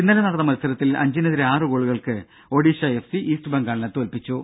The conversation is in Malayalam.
ഇന്നലെ നടന്ന മത്സരത്തിൽ അഞ്ചിനെതിരെ ആറു ഗോളുകൾക്ക് ഒഡീഷ എഫ് സി ഈസ്റ്റ് ബംഗാളിനെ തോല്പിച്ചു